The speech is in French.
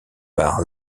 par